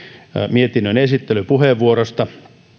mietinnönesittelypuheenvuorosta